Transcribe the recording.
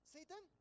Satan